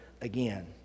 again